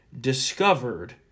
discovered